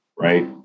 right